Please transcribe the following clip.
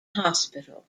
hospital